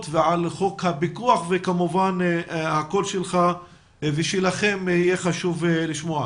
וחוק הפיקוח וכמובן הקול שלך ושלכם יהיה חשוב לשמוע.